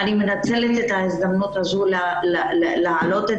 אני מנצלת את ההזדמנות הזו להעלות את